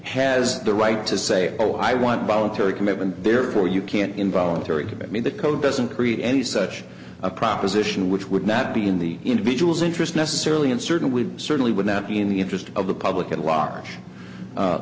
has the right to say oh i want voluntary commitment therefore you can't involuntary commitment the code doesn't create any such a proposition which would not be in the individual's interest necessarily in certain we certainly would not be in the interest of the public at large